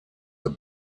the